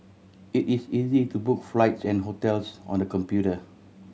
it is easy to book flights and hotels on the computer